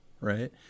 right